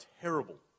terrible